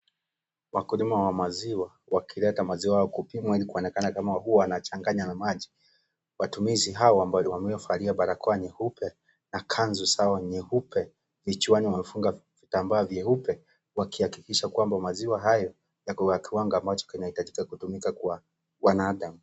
Wakulima wa maziwa wakileta maziwa wa kupimwa ili kuonekana kama huwa wanachanganya na maji, watumizi hawa waliovalia barakoa nyeupe na kanzu zao nyeupe vichwani wamefunga vitambaa vyao vyeupe wakihakikisha kwamba maziwa hayo yako kiwango moja inayohitajika kutumika kwa wanadamu.